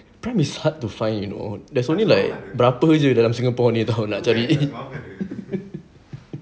prime is hard to find you know there's only like berapa jer dalam singapore ni [tau] nak cari